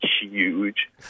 huge